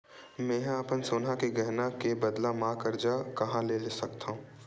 मेंहा अपन सोनहा के गहना के बदला मा कर्जा कहाँ ले सकथव?